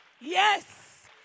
Yes